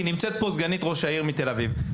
כי נמצאת פה סגנית ראש העיר מתל אביב,